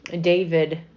David